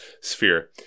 sphere